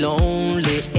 lonely